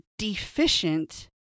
deficient